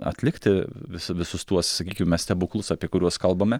atlikti vis visus tuos sakykime stebuklus apie kuriuos kalbame